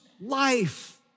life